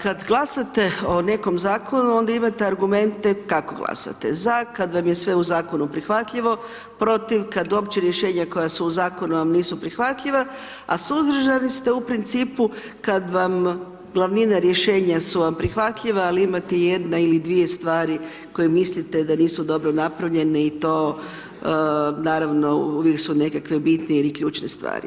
Kad glasate o nekom Zakonu onda imate argumente kako glasate, ZA kad vam je sve u Zakonu prihvatljivo, PROTIV kad uopće rješenja koja su u Zakonu vam nisu prihvatljiva, a SUZDRŽAN-i ste u principu kad vam glavnina rješenja su vam prihvatljiva, ali imate i jedna ili dvije stvari koje mislite da nisu dobro napravljeni i to naravno, uvijek su nekakve bitne ili ključne stvari.